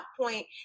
point